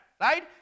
Right